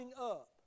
up